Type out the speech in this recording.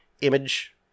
image